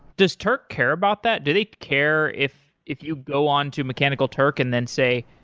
does turk care about that? do they care if if you go on to mechanical turk and then say,